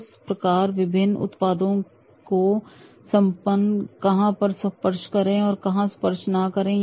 किस प्रकार विभिन्न उत्पादों को संपन्न कहां पर स्पर्श करें पर कहां पर स्पर्श को करने से बचें